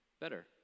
better